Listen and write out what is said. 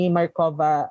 Markova